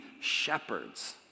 shepherds